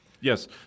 Yes